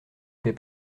paie